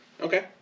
Okay